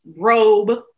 robe